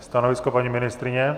Stanovisko paní ministryně?